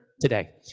today